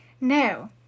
Now